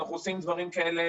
אנחנו עושים דברים כאלה.